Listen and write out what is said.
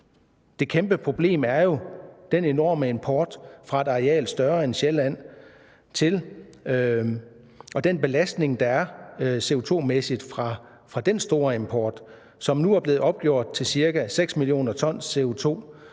det kæmpe problem er jo den enorme import fra et areal større end Sjælland og den belastning, der CO₂-mæssigt er fra den store import, som nu er blevet opgjort til cirka 6 mio. t CO₂,